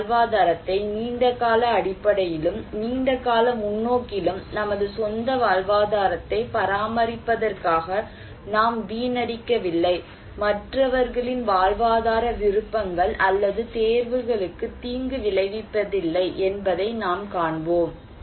இந்த வாழ்வாதாரத்தை நீண்ட கால அடிப்படையிலும் நீண்டகால முன்னோக்கிலும் நமது சொந்த வாழ்வாதாரத்தை பராமரிப்பதற்காக நாம் வீணடிக்கவில்லை மற்றவர்களின் வாழ்வாதார விருப்பங்கள் அல்லது தேர்வுகளுக்கு தீங்கு விளைவிப்பதில்லை என்பதை நாம் காண்போம்